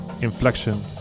inflection